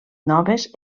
noves